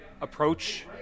approach